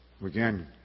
Again